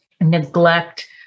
neglect